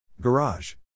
Garage